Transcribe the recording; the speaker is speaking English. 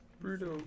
Brutal